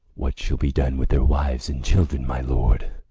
what shall be done with their wives and children, my lord?